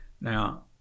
Now